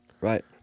Right